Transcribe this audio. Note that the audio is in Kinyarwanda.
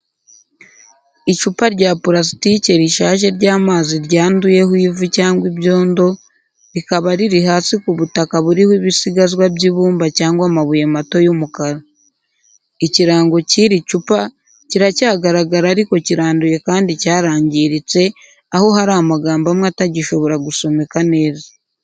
Icupa rya purasitiki rishaje ry’amazi ryanduyeho ivu cyangwa ibyondo, rikaba riri hasi ku butaka buriho ibisigazwa by’ibumba cyangwa amabuye mato y’umukara. Ikirango cy’iri cupa kiracyagaragara ariko kiranduye kandi cyarangiritse, aho hari amagambo amwe atagishobora gusomeka neza.